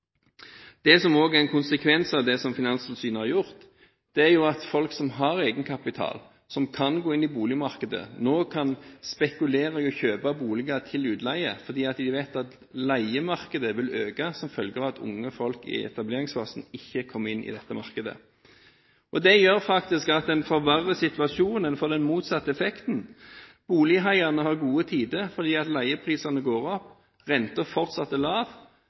Det som også er en konsekvens av det som Finanstilsynet har gjort, er at folk som har egenkapital, som kan gå inn i boligmarkedet, nå kan spekulere i å kjøpe boliger til utleie. De vet at leiemarkedet vil øke som følge av at unge folk i etableringsfasen ikke kommer inn i dette markedet. Dette forverrer faktisk situasjonen – gir den motsatte effekten. Bolighaiene har gode tider fordi leieprisene går opp og renten fortsatt er lav.